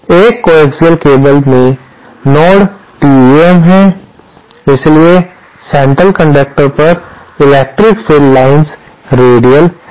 एक coaxial cable में node TEM है और इसलिए सेंट्रल कंडक्टर पर इलेक्ट्रिक फील्ड लाइन्स रेडियल हैं